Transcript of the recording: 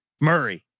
Murray